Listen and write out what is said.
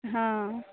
हँ